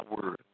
word